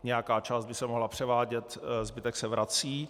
Nějaká část by se mohla převádět, zbytek se vrací.